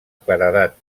claredat